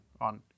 on